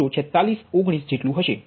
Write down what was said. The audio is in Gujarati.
04619 જેટલુ હશે